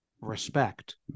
respect